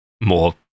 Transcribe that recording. more